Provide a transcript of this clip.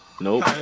Nope